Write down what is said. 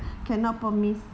cannot promise